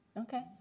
Okay